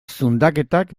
zundaketak